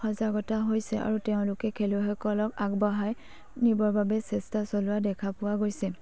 সজাগতা হৈছে আৰু তেওঁলোকে খেলুৱৈসকলক আগবঢ়াই নিবৰ বাবে চেষ্টা চলোৱা দেখা পোৱা গৈছে